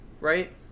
right